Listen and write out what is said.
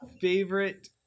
favorite